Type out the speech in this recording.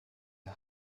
der